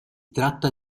tratta